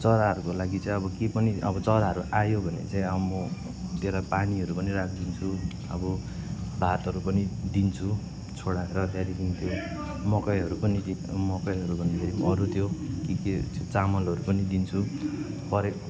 चराहरूको लागि चाहिँ अब के पनि चराहरू आयो भने चाहिँ अब म त्यसलाई पानीहरू पनि राखिदिन्छु अब भातहरू पनि दिन्छु छोडाएर त्यहाँदेखि त्यो मकैहरू पनि दिन् मकैहरू भन्दा अरू त्यो के के त्यो चामलहरू पनि दिन्छु परे